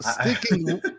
sticking